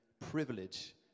privilege